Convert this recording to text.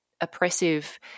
oppressive